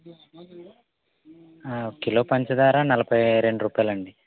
kilo పంచదార నలబై రెండు రుపాయలండి